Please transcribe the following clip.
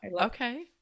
okay